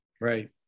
Right